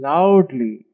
Loudly